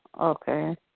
Okay